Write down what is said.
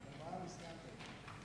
חבר הכנסת אמנון כהן.